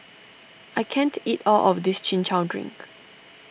I can't eat all of this Chin Chow Drink